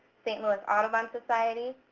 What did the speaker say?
st. louis audubon society,